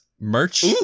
merch